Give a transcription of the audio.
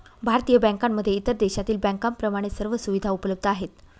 भारतीय बँकांमध्ये इतर देशातील बँकांप्रमाणे सर्व सुविधा उपलब्ध आहेत